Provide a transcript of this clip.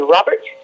Robert